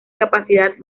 capacidad